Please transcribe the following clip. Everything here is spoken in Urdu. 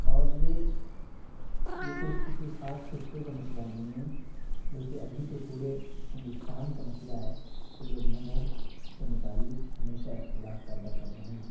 اور یہ یہ صرف کسی خاص خطے کا مسئلہ نہیں ہیں بلکہ ابھی تو پورے ہندوستان کا مسئلہ ہے کہ لوگ مذہب سے متعلق ہمیشہ اختلاف پیدا کر رہے ہیں